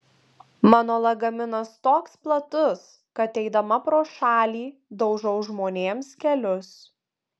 mano lagaminas toks platus kad eidama pro šalį daužau žmonėms kelius